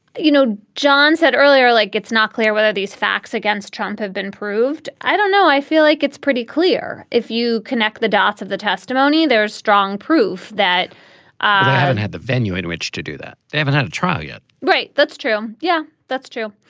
you know, john said earlier, like, it's not clear whether these facts against trump have been proved. i don't know. i feel like it's pretty clear if you connect the dots of the testimony, there's strong proof that i haven't had the venue in which to do that they haven't had a trial yet right. that's true. yeah, that's true.